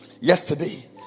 Yesterday